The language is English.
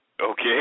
Okay